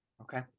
okay